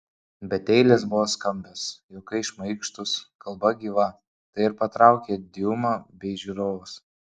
bet eilės buvo skambios juokai šmaikštūs kalba gyva tai ir patraukė diuma bei žiūrovus